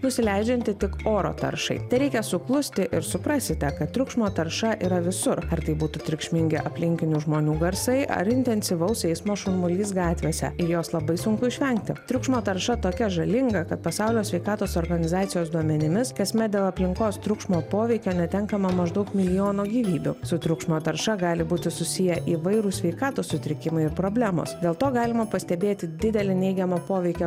nusileidžianti tik oro taršai tereikia suklusti ir suprasite kad triukšmo tarša yra visur ar tai būtų triukšmingi aplinkinių žmonių garsai ar intensyvaus eismo šurmulys gatvėse ir jos labai sunku išvengti triukšmo tarša tokia žalinga kad pasaulio sveikatos organizacijos duomenimis kasmet dėl aplinkos triukšmo poveikio netenkama maždaug milijono gyvybių su triukšmo tarša gali būti susiję įvairūs sveikatos sutrikimai ir problemos dėl to galima pastebėti didelį neigiamą poveikį